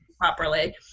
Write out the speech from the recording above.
Properly